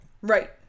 Right